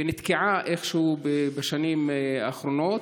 והיא נתקעה איכשהו בשנים האחרונות.